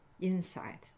inside